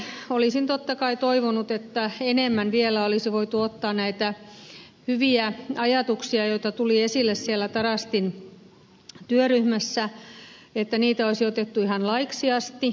itse olisin totta kai toivonut että enemmän vielä olisi voitu ottaa näitä hyviä ajatuksia joita tuli esille siellä tarastin työryhmässä ihan laiksi asti